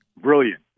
Brilliant